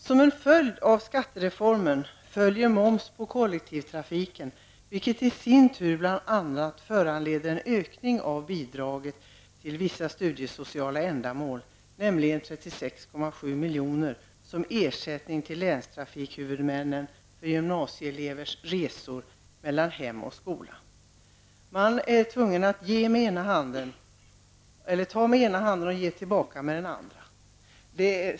Som en följd av skattereformen blir det moms på kollektivtrafiken, vilket i sin tur bl.a. föranleder en ökning av bidraget till ''Vissa studiesociala ändamål'', nämligen 36,7 miljoner som ersättning till länstrafikhuvudmännen för gymnasieelevers resor mellan hem och skola. Man är tvungen att ta med ena handen och ge tillbaka med den andra.